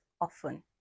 often